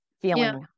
feeling